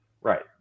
Right